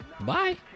Bye